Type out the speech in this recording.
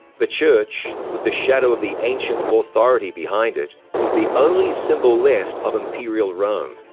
the church, with the shadow of the ancient authority behind it, was the only symbol left of imperial rome,